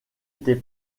était